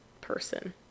person